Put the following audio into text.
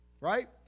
right